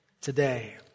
today